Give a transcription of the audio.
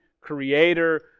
creator